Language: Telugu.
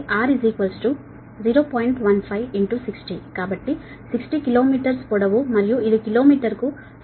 15 60 కాబట్టి 60 km పొడవు మరియు ఇది కిలో మీటరుకు 5